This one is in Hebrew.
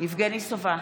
יבגני סובה,